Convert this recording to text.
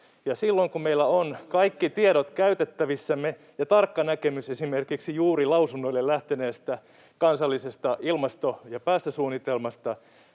Silloin kun meillä on kaikki tiedot käytettävissämme ja tarkka näkemys esimerkiksi juuri lausunnoille lähteneestä kansallisesta ilmasto‑ ja päästösuunnitelmasta,